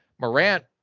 Morant